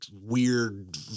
weird